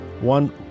one